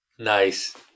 Nice